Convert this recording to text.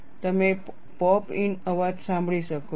તમે pop in અવાજ સાંભળી શકો છો